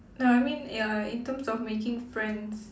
no I mean ya in terms of making friends